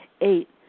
Eight